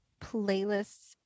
playlists